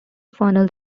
funnels